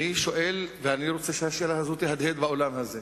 אני שואל, ואני רוצה שהשאלה הזאת תהדהד באולם הזה: